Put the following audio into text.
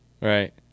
right